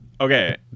Okay